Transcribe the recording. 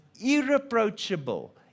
irreproachable